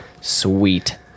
Sweet